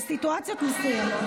בסיטואציות מסוימות,